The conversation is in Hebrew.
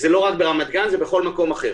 זה לא רק ברמת-גן, זה בכל מקום אחר.